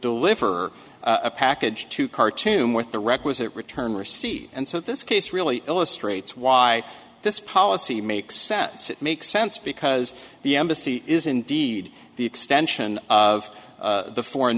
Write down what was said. deliver a package to khartoum with the requisite return receipt and so this case really illustrates why this policy makes sense it makes sense because the embassy is indeed the extension of the foreign